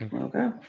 Okay